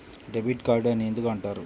Debit card అని ఎందుకు అంటారు?